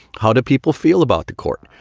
how do people feel about the court?